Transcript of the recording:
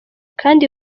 kandi